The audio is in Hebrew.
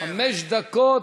חמש דקות.